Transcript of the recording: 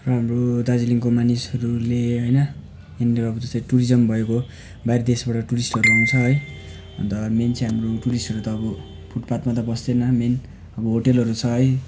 र हाम्रो दार्जिलिङको मानिसहरूले होइन यिनीहरू अब जस्तो टुरिज्म भइगयो बाहिर देशबाट टुरिस्टहरू आउँछन् है अन्त मेन चाहिँ हाम्रो टुरिस्टहरू त अब फुटपाथमा त बस्दैन मेन अब होटलहरू छ है